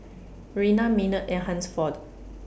Rayna Maynard and Hansford